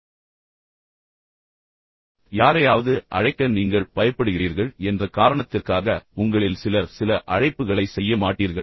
இறுதியில் யாரையாவது அழைக்க நீங்கள் பயப்படுகிறீர்கள் என்ற காரணத்திற்காக உங்களில் சிலர் சில அழைப்புகளை செய்ய மாட்டீர்கள்